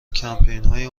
کمپینهای